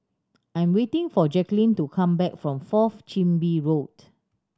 I'm waiting for Jaquelin to come back from Fourth Chin Bee Road